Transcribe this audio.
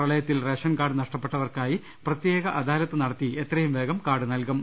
പ്രളയത്തിൽ ration card നഷ്ടപ്പെട്ടവർക്കായി പ്രത്യേക അദാലത്ത് നടത്തി എത്രയും വേഗം കാർഡ് നൽകും